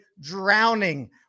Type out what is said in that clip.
Drowning